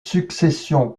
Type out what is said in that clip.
succession